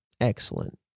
Excellent